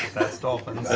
dolphin.